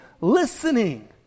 listening